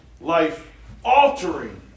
life-altering